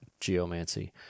geomancy